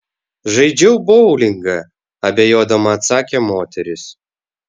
žaidžiau boulingą abejodama atsakė moteris